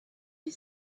you